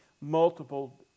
multiple